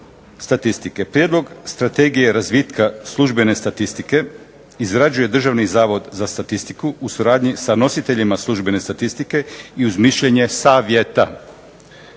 Prijedlog Strategije razvitka službene statistike izrađuje Državni zavod za statistiku u suradnji sa nositeljima službene statistike i uz mišljenje savjeta.